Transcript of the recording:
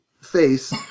face